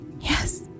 Yes